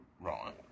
Right